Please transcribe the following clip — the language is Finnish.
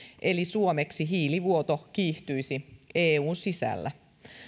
eli suomeksi hiilivuoto kiihtyisi eun sisällä